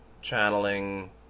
channeling